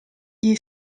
gli